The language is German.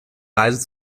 reise